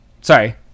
sorry